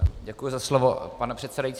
Děkuji za slovo, pane předsedající.